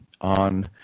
on